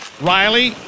Riley